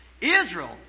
Israel